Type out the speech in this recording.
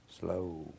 slow